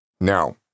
Now